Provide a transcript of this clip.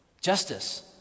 justice